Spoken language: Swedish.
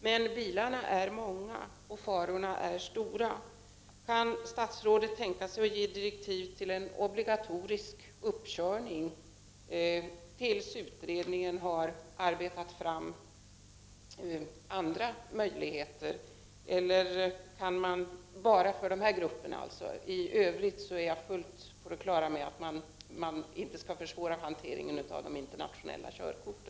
Men bilarna är många och farorna är stora. Kan statsrådet tänka sig att ge direktiv till en obligatorisk uppkörning tills utredningen har arbetat fram andra förslag? Detta gäller alltså endast dessa grupper. I övrigt är jag fullt på det klara med att hanteringen av utländska körkort inte skall försvåras.